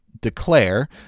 declare